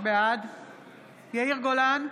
בעד יאיר גולן,